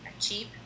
cheap